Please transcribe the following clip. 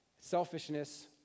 Selfishness